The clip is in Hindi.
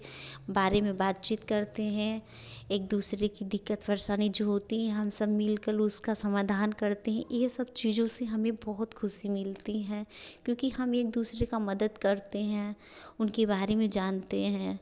बारे में बातचीत करते हैं एक दूसरे की दिक्कत परेशानी जो होती हैं हम सब मिल कर उसका समाधान करती हैं यही सब चीज़ों से हमें बहुत खुशी मिलती है क्योंकि हम एक दूसरे का मदद करते हैं उनके बारे में जानते हैं